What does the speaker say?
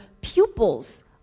pupils